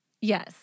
yes